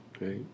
right